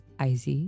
IZ